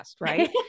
right